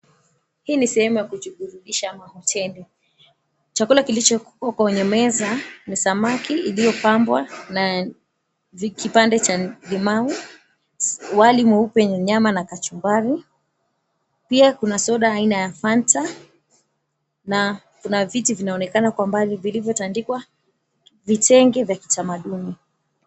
Hii ni sehemu ya kujiburudisha ama hoteli. Chakula kilichoko kwenye meza ni samaki iliyopambwa na kipande cha limau wali, mweupe wenye nyama na kachumbari, pia kuna soda aina ya Fanta na kuna viti vinaonekana kwa mbali vilivyotandikwa vitenge vya kitamaduni.